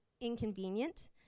inconvenient